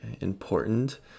important